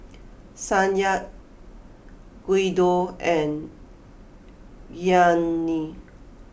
Sonya Guido and Gianni